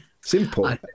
Simple